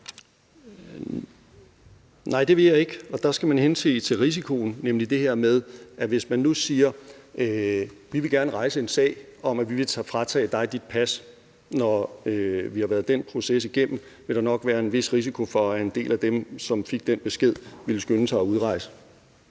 Nej, det vil jeg ikke, og der skal man hense til risikoen ved at sige: Vi vil gerne rejse en sag om, at vi vil fratage dig dit pas. Når man har været den proces igennem, vil der nok være en vis risiko for, at en del af dem, som fik den besked, ville have skyndt sig at udrejse.